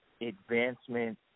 advancement